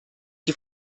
die